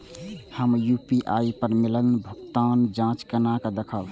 हम यू.पी.आई पर मिलल भुगतान के जाँच केना देखब?